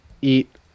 eat